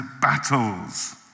Battles